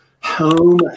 home